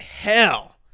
hell